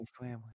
family